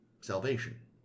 salvation